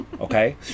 okay